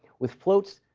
with floats,